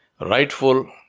rightful